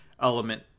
element